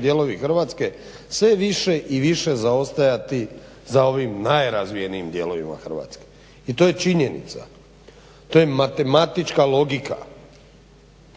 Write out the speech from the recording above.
dijelovi Hrvatske, sve više i više zaostajati za ovim najrazvijenijim dijelovima Hrvatske i to je činjenica, to je matematička logika,